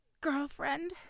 girlfriend